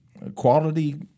quality